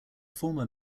former